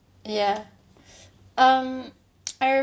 ya um I